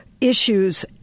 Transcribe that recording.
issues